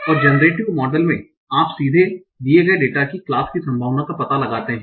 और generative model में आप सीधे दिए गए डेटा की क्लास की संभावना का पता लगाते हैं